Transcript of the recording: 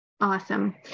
Awesome